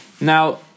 Now